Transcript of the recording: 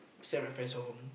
send my friends home